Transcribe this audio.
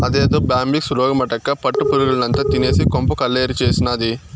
అదేదో బ్యాంబిక్స్ రోగమటక్కా పట్టు పురుగుల్నంతా తినేసి కొంప కొల్లేరు చేసినాది